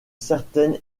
certaine